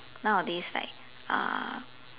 nowadays like uh